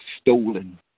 stolen